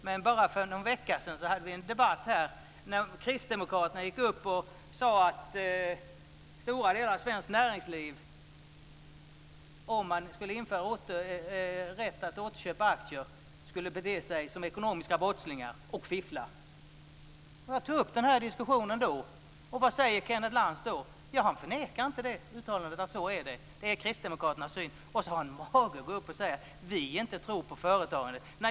Men bara för någon vecka sedan hade vi en debatt här där kristdemokraterna sade att stora delar av svenskt näringsliv skulle bete sig som ekonomiska brottslingar och fiffla om man skulle införa rätt att återköpa aktier. Jag tog upp den här diskussionen då. Vad säger Kenneth Lantz då? Han förnekar inte uttalandet att så är det. Det är kristdemokraternas syn. Sedan har han mage att gå upp och säga att vi inte tror på företagandet.